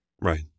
Right